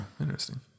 interesting